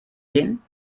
gehen